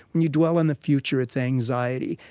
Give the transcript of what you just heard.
when you dwell on the future, it's anxiety.